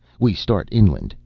we start inland.